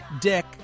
Dick